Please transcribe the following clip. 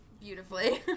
beautifully